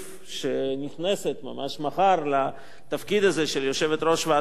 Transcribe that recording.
שנכנסת ממש מחר לתפקיד הזה של יושבת-ראש ועדת החינוך,